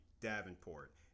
Davenport